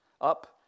up